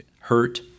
hurt